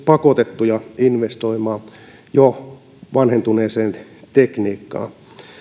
pakotettuja investoimaan jo vanhentuneeseen tekniikkaan